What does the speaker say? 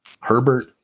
Herbert